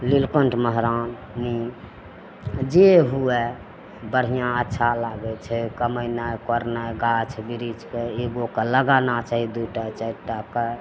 नीलकण्ठ महरानी जे हुए बढ़िआँ अच्छा लागै छै कमेनाइ कोड़नाइ गाछ बिरिछके एगोके लगाना चाही दुइ टा चारि टाके